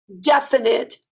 definite